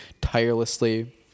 tirelessly